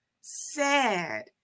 sad